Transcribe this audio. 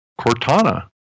Cortana